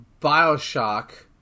Bioshock